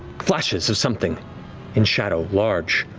flashes of something in shadow, large,